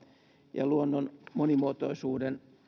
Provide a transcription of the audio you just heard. ja luonnon monimuotoisuuden